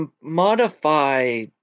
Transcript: Modify